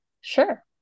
Sure